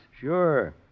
Sure